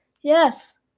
Yes